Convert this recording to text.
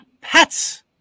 pets